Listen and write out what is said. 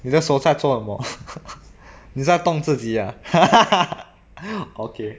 你的手在做什么你在动自己啊 okay